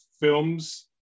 films